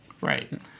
Right